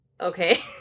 okay